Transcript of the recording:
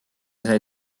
sai